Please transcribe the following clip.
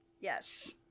Yes